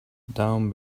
down